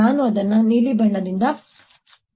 ನಾವು ಅದನ್ನು ನೀಲಿ ಬಣ್ಣದಿಂದ ಮಾಡೋಣ